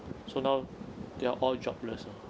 so now they're all jobless ah